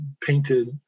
painted